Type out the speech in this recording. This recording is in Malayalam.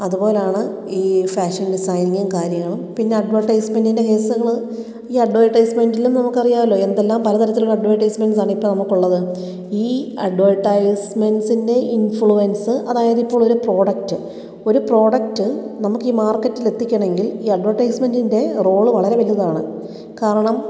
അതുപോലാണ് ഈ ഫാഷൻ ഡിസൈനിങ്ങും കാര്യങ്ങളും പിന്നെ അഡ്വെർടൈസ്മെൻ്റിൻ്റെ കേസ് നമ്മൾ ഈ അഡ്വെർടൈസ്മെൻ്റിലും നമുക്കറിയാമല്ലോ എന്തെല്ലാം പലതരത്തിലുള്ള അഡ്വെർടൈസ്മെൻ്റ്സ് ആണ് ഇപ്പോൾ നമുക്കുള്ളത് ഈ അഡ്വെർടൈസ്മെൻ്റ്സിൻ്റെ ഇൻഫ്ലൂവൻസ് അതായത് ഇപ്പോൾ ഒരു പ്രോഡക്റ്റ് ഒരു പ്രോഡക്റ്റ് നമുക്ക് ഈ മാർക്കെറ്റിൽ എത്തിക്കണമെങ്കിൽ ഈ അഡ്വെർടൈസ്മെൻ്റിൻ്റെ റോള് വളരെ വലുതാണ് കാരണം